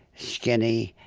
skinny,